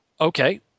Okay